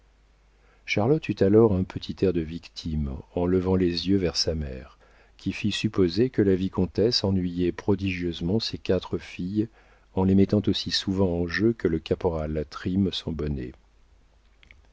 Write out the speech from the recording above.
charlotte eut alors un petit air de victime en levant les yeux vers sa mère qui fit supposer que la vicomtesse ennuyait prodigieusement ses quatre filles en les mettant aussi souvent en jeu que le caporal trim son bonnet